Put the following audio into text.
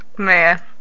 Man